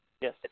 Yes